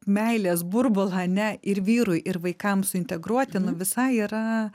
meilės burbulą ane ir vyrui ir vaikam suintegruoti nu visai yra